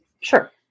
Sure